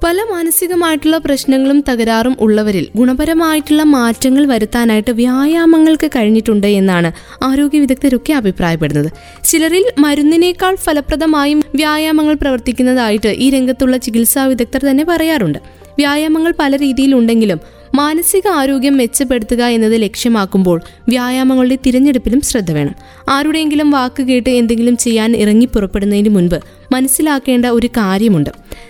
പല മാനസികമായിട്ടുള്ള പ്രശ്നങ്ങളും തകരാറും ഉള്ളവരിൽ ഗുണപരമായിട്ടുള്ള മാറ്റങ്ങൾ വരുത്താനായിട്ട് വ്യായാമങ്ങൾക്ക് കഴിഞ്ഞിട്ടുണ്ട് എന്നാണ് ആരോഗ്യ വിദഗ്ധരൊക്കെ അഭിപ്രായപ്പെടുന്നത്. ചിലരിൽ മരുന്നിനേക്കാൾ ഫലപ്രദമായും വ്യായാമങ്ങൾ പ്രവർത്തിക്കുന്നതായിട്ട് ഈ രംഗത്തുള്ള ചികിത്സാ വിദഗ്ധർ തന്നെ പറയാറുണ്ട്. വ്യായാമങ്ങൾ പല രീതിയിലുണ്ടെങ്കിലും മാനസിക ആരോഗ്യം മെച്ചപ്പെടുത്തുക എന്നത് ലക്ഷ്യമാക്കുമ്പോൾ വ്യായാമങ്ങളുടെ തിരഞ്ഞെടുപ്പിലും ശ്രദ്ധ വേണം. ആരുടെയെങ്കിലും വാക്ക് കേട്ട് എന്തെങ്കിലും ചെയ്യാൻ ഇറങ്ങി പുറപ്പെടുന്നതിന് മുൻപ് മനസ്സിലാക്കേണ്ട ഒരു കാര്യമുണ്ട്.